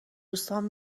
دوستام